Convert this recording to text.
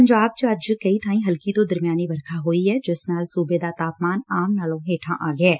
ਪੰਜਾਬ ਚ ਅੱਜ ਕਈ ਬਾਈ ਹਲਕੀ ਤੋ ਦਰਮਿਆਨੀ ਵਰਖਾ ਹੋਈ ਐ ਜਿਸ ਨਾਲ ਸੁਬੇ ਦਾ ਤਾਪਮਾਨ ਆਮ ਨਾਲੋ ਹੇਠਾ ਆ ਗਿਐ